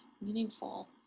meaningful